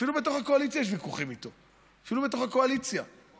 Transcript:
אפילו בתוך הקואליציה יש ויכוחים איתו.